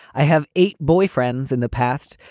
i have eight boyfriends in the past.